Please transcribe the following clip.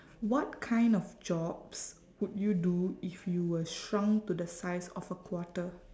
what kind of jobs would you do if you were shrunk to the size of a quarter